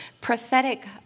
Prophetic